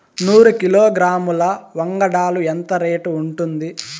నూరు కిలోగ్రాముల వంగడాలు ఎంత రేటు ఉంటుంది?